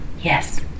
Yes